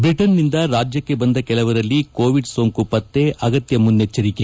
ಬ್ರಿಟನ್ನಿಂದ ರಾಜ್ಯಕ್ಕೆ ಬಂದ ಕೆಲವರಲ್ಲಿ ಕೋವಿಡ್ ಸೋಂಕು ಪತ್ತೆ ಅಗತ್ಯ ಮುನ್ನೆಚ್ಚರಿಕೆ